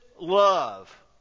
love